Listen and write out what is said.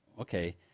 okay